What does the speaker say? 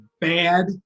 bad